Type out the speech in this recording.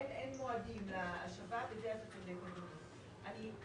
אין מועדים להשבה, בזה אתה צודק, אדוני.